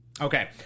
Okay